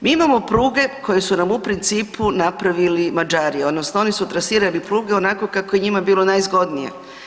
Mi imamo pruge koje su nam u principu napravili Mađari odnosno oni su trasirali pruge onako kako je njima bilo najzgodnije.